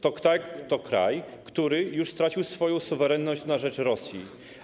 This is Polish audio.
To kraj, który już stracił swoją suwerenność na rzecz Rosji.